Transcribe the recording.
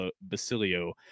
Basilio